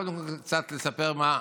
קודם כול קצת לספר מה,